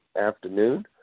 afternoon